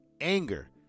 anger